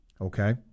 okay